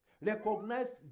recognized